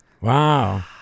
Wow